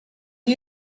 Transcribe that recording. are